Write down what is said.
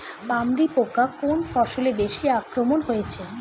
পামরি পোকা কোন ফসলে বেশি আক্রমণ হয়েছে?